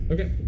Okay